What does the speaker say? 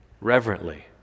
reverently